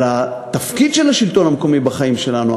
התפקיד של השלטון המקומי בחיים שלנו,